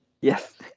Yes